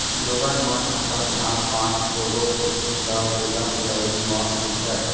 लोगन मन अपन धान पान, कोदो कुटकी ल बेलन, दउंरी म मीसय